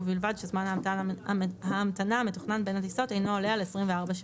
ובלבד שזמן ההמתנה המתוכנן בין הטיסות אינו עולה על 24 שעות;"